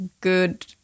good